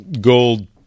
gold